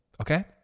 Okay